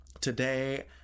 today